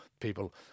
people